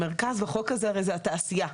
המרכז בחוק הזה הרי זה התעשייה.